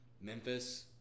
Memphis